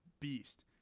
Beast